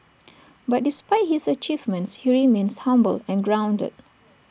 but despite his achievements he remains humble and grounded